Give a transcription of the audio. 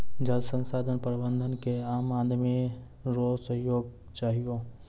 जल संसाधन प्रबंधन मे आम आदमी रो सहयोग चहियो